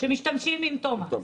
שמשתמשים עם תומקס.